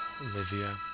Olivia